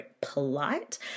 polite